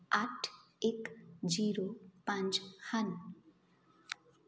ਅੱਠ ਇੱਕ ਜੀਰੋ ਪੰਜ ਹਨ